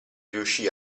riuscì